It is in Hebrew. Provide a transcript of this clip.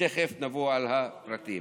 ותכף נעבור על הפרטים.